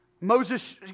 Moses